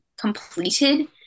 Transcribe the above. completed